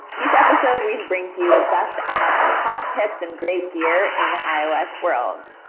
each episode we bring to you the best apps, top tips, and great gear in the ios world.